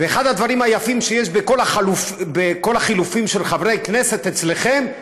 ואחד הדברים היפים שיש בכל החילופים של חברי כנסת אצלכם,